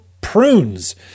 prunes